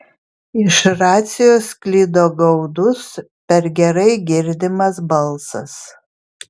iš racijos sklido gaudus per gerai girdimas balsas